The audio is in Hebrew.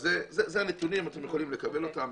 אלה הנתונים, אתם יכולים לקבל אותם.